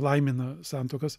laimina santuokas